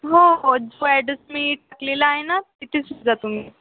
हो हो जो ॲड्रेस मी टाकलेला आहे ना तिथे शोधा तुम्ही